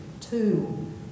two